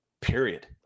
Period